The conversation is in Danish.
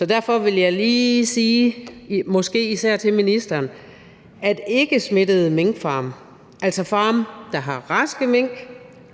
og derfor vil jeg lige sige, måske især til ministeren, at ikkesmittede minkfarme, altså farme, der har raske mink,